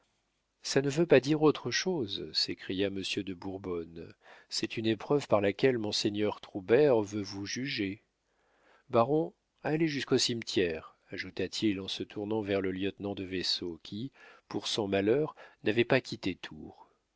ça ne veut pas dire autre chose s'écria monsieur de bourbonne c'est une épreuve par laquelle monseigneur troubert veut vous juger baron allez jusqu'au cimetière ajouta-t-il en se tournant vers le lieutenant de vaisseau qui pour son malheur n'avait pas quitté